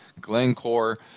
Glencore